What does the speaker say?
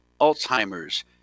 Alzheimer's